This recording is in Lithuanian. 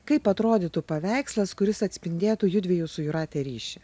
kaip atrodytų paveikslas kuris atspindėtų judviejų su jūrate ryšį